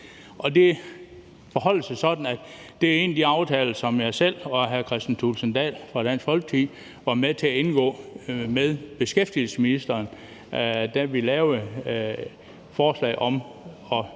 vi i en af de aftaler, som jeg selv og hr. Kristian Thulesen Dahl fra Dansk Folkeparti var med til at indgå med beskæftigelsesministeren, da vi lavede forslaget om at